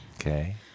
Okay